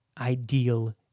ideal